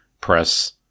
press